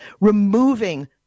removing